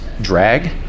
drag